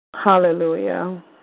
Hallelujah